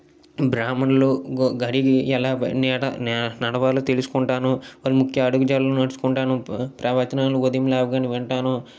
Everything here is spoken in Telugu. బ్రాహ్మణులు అడిగి ఎలా వాని ఎలా నడవాలో తెలుసుకుంటాను వాళ్ళ ముఖ్య అడుగుజాడల్లో నడుచుకుంటాను ప్రవచనాలు ఉదయం లేవగానే వింటాను